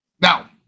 Now